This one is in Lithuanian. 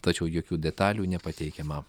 tačiau jokių detalių nepateikiama